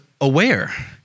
aware